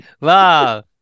wow